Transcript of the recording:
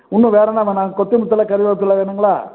இன்னும் வேறு என்ன வேணும் கொத்துமல்லித் தலை கருவேப்பில வேணுங்களா